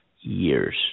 years